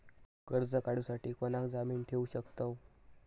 कर्ज काढूसाठी कोणाक जामीन ठेवू शकतव?